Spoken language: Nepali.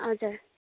हजुर